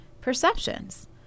perceptions